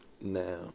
Now